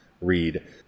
read